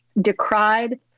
decried